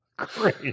Great